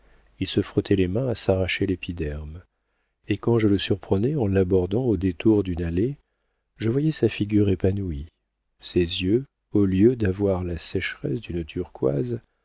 il se frottait les mains à s'arracher l'épiderme et quand je le surprenais en l'abordant au détour d'une allée je voyais sa figure épanouie ses yeux au lieu d'avoir la sécheresse d'une turquoise